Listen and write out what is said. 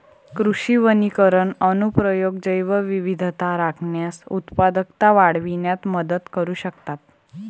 कृषी वनीकरण अनुप्रयोग जैवविविधता राखण्यास, उत्पादकता वाढविण्यात मदत करू शकतात